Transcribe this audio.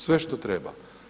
Sve što treba.